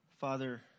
Father